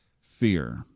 fear